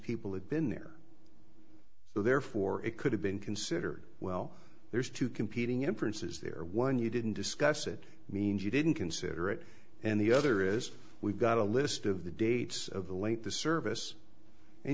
people had been there so therefore it could have been considered well there's two competing inferences there are one you didn't discuss it means you didn't consider it and the other is we've got a list of the dates of the late the service and